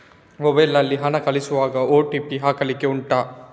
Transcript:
mobile ನಲ್ಲಿ ಹಣ ಕಳಿಸುವಾಗ ಓ.ಟಿ.ಪಿ ಹಾಕ್ಲಿಕ್ಕೆ ಉಂಟಾ